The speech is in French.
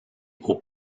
aux